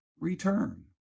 return